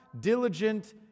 diligent